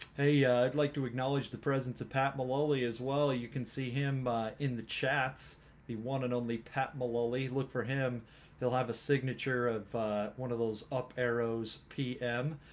hey i'd like to acknowledge the presence of pat milolii as well you can see him in the chats the one and only pat milolii look for him he'll have a signature of one of those up arrows p m.